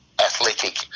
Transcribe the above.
athletic